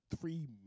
three